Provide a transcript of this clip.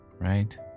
right